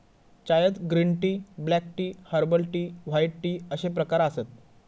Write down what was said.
चायत green tea, black tea, herbal tea, white tea अश्ये प्रकार आसत